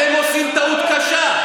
אתם עושים טעות קשה.